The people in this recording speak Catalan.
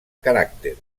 caràcter